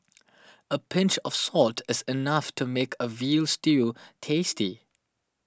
a pinch of salt is enough to make a Veal Stew tasty